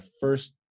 first